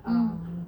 um